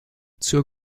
zur